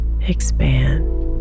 expand